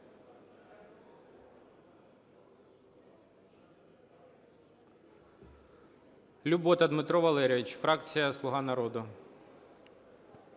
Любота Дмитро Валерійович, фракція "Слуга народу"